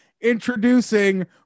introducing